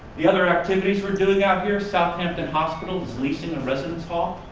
the other activities we're doing out here, southampton hospital is leasing a residence hall,